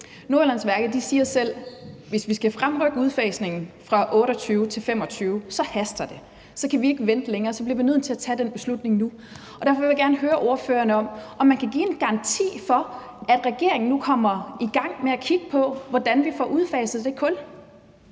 Nordjyllandsværket siger selv: Hvis vi skal fremrykke udfasningen fra 2028 til 2025, så haster det, så kan vi ikke vente længere, så bliver vi nødt til at tage den beslutning nu. Derfor vil jeg gerne høre ordføreren, om man kan give en garanti for, at regeringen nu kommer i gang med at kigge på, hvordan vi får udfaset det kul